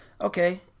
okay